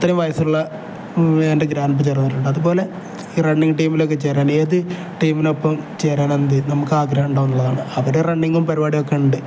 അത്രയും വയസ്സുള്ള എൻ്റെ ഗ്രാൻപ്പ ചേർന്നിട്ടുണ്ട് അതുപോലെ റണ്ണിങ് ടീമിലൊക്കെ ചേരാൻ ഏത് ടീമിനൊപ്പം ചേരാൻ എന്ത് നമുക്ക് ആഗ്രഹം ഉണ്ടാകുക എന്നുള്ളതാണ് അവിടെ റണ്ണിങ്ങും പരിപാടിയൊക്കെ ഉണ്ട്